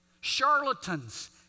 charlatans